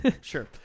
Sure